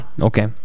Okay